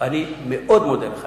שאני מאוד מודה לך.